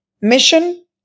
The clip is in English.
mission